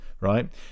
right